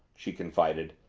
she confided.